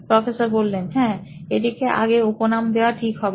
professor হ্যাঁ এটিকে আগে উপনাম দেওয়া ঠিক হবে